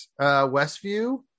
Westview